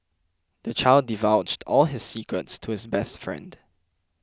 the child divulged all his secrets to his best friend